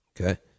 Okay